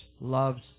loves